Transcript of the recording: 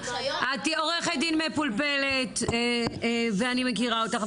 את עורכת דין מפולפלת ואני מכירה אותך,